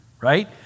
right